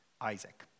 Isaac